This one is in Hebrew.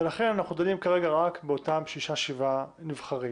ולכן אנחנו דנים כרגע רק באותם שישה-שבעה נבחרים